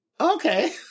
Okay